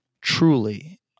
truly